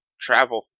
travel